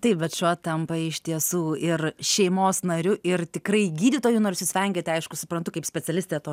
taip bet šuo tampa iš tiesų ir šeimos nariu ir tikrai gydytoju nors jūs vengiate aišku suprantu kaip specialistė to